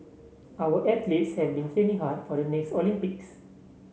our athletes have been training hard for the next Olympics